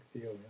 deal